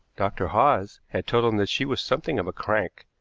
dr. hawes had told him that she was something of a crank,